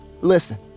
Listen